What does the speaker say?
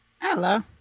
hello